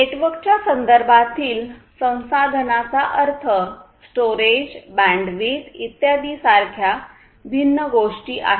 नेटवर्कच्या संदर्भातील संसाधनांचा अर्थ स्टोरेज बँडविड्थ इत्यादीसारख्या भिन्न गोष्टी आहेत